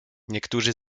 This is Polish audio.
niektórzy